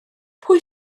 pwy